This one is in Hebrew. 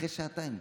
אחרי שעתיים.